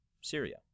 Syria